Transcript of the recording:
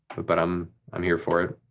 but but i'm i'm here for it,